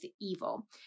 evil